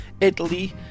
Italy